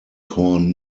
corn